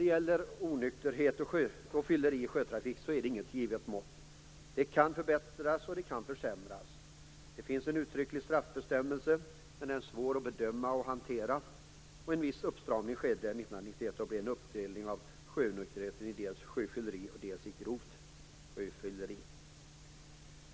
Vad gäller onykterhet och fylleri i sjötrafik finns inget givet mått. Det kan förbättras och försämras. Det finns en uttrycklig straffbestämmelse, men den är svår att bedöma och hantera. En viss uppstramning skedde 1991 då det blev en uppdelning av sjöonykterhet i dels sjöfylleri, dels grovt sjöfylleri.